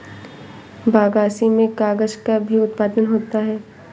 बगासी से कागज़ का भी उत्पादन होता है